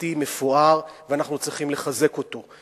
ממלכתי מפואר, ואנחנו צריכים לחזק אותו.